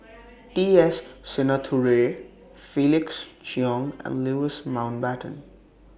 T S Sinnathuray Felix Cheong and Louis Mountbatten